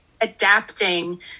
adapting